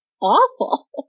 awful